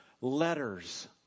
letters